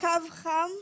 קו חם,